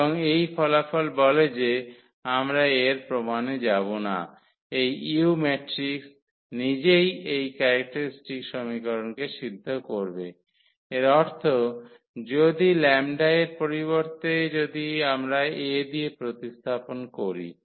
এবং এই ফলাফল বলে যে আমরা এর প্রমানে যাব না এই u ম্যাট্রিক্স নিজেই এই ক্যারেক্টারিস্টিক্স সমীকরণকে সিদ্ধ করবে এর অর্থ যদি 𝜆 এর পরিবর্তে যদি আমরা 𝐴 দিয়ে প্রতিস্থাপন করি